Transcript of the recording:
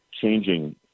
changing